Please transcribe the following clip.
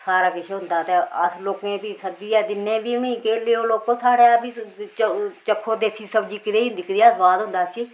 सारा किश होंदा ते अस लोकें गी फ्ही सद्धियै दिन्ने बी उ'नेंं के लैओ लोको साढ़ै बी चक्खो देसी सब्जी कदेही होंदी कदेआ सोआद होंदा इसी